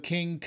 King